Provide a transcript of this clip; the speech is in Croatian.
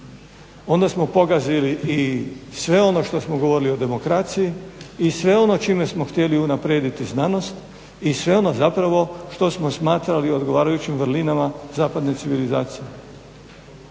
onda smo pogazili i sve ono što smo govorili o demokraciji i sve ono čime smo htjeli unaprijediti znanost i sve ono zapravo što smo smatrali odgovarajućim vrlinama zapadne civilizacije.